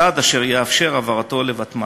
צעד אשר יאפשר העברתו לוותמ"ל.